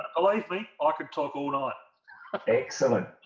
life lee i could talk all night excellent